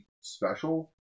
special